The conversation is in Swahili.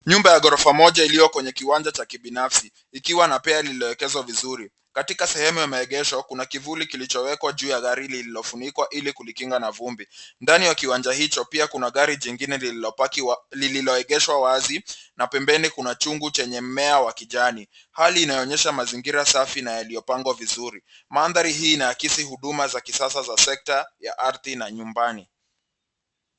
Nyumba ya ghorofa mmoja iliyo kwenye kiwanja cha kibinafsi ikiwa na pea lilliloekezwa vizuri. Katika sehemu ya maegesho, kuna kivuli kilichowekwa juu ya gari lililofunikwa ili kulikinga na vumbi. Ndani wa kiwanja hicho, pia kuna gari jingine lililoegeshwa wazi na pembeni kuna chungu chenye mmea wa kijani. Hali inaonyesha mazingira safi na iliyopangwa vizuri. Maandhari hii inaakisi huduma za kisasa za sekta ya ardhi na nyumbani.